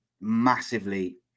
massively